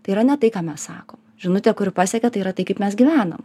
tai yra ne tai ką mes sakom žinutė kuri pasiekia tai yra tai kaip mes gyvenam